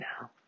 now